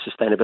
sustainability